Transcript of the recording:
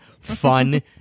fun